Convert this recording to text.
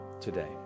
today